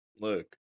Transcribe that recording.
Look